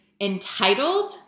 entitled